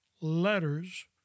letters